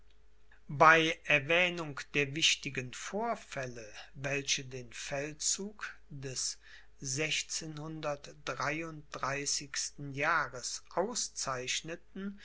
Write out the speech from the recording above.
bei erwähnung der wichtigen vorfälle welche den feldzug des jahres auszeichneten